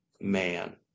man